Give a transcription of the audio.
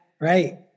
right